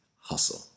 hustle